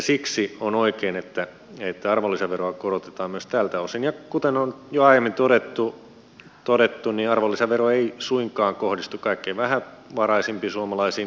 siksi on oikein että arvonlisäveroa korotetaan myös tältä osin ja kuten on jo aiemmin todettu arvonlisävero ei suinkaan kohdistu kaikkein vähävaraisimpiin suomalaisiin